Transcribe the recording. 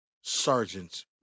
sergeants